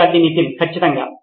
విద్యార్థి నితిన్ ఖచ్చితంగా